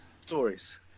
stories